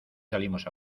salimos